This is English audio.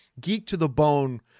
geek-to-the-bone